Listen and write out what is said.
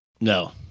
No